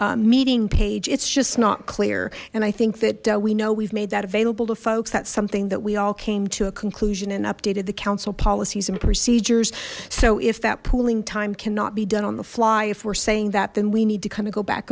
the meeting page it's just not clear and i think that we know we've made that available to folks that's something that we all came to a conclusion and updated the council policies and procedures so if that pooling time cannot be done on the fly if we're saying that then we need to kind of go back